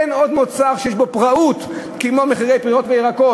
אין עוד מוצר שיש בו פראות במחירים כמו פירות וירקות.